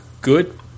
good